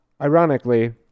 Ironically